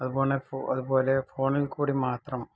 അതുപോലെ തന്നെ ഫോ അതുപോലെ ഫോണില് കൂടി മാത്രം